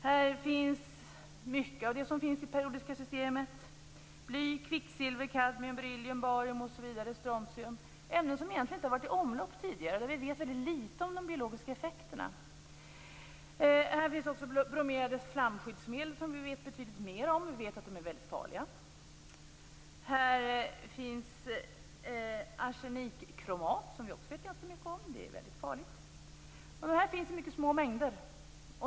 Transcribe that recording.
Här finns mycket av det som finns i det periodiska systemet: bly, kvicksilver, kadmium, beryllium, barium, strontium osv. Det är ämnen som egentligen inte har varit i omlopp tidigare. Vi vet väldigt litet om de biologiska effekterna. Här finns också bromerade flamskyddsmedel, som vi vet betydligt mer om. Vi vet att de är mycket farliga. Här finns arsenikkromat, som vi också vet ganska mycket om. Det är väldigt farligt. Dessa ämnen finns i mycket små mängder.